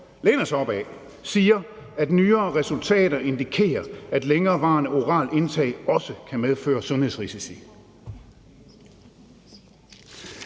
læner sig op ad, siger, at nyere resultater indikerer, at et længerevarende oralt indtag også kan medføre sundhedsrisici.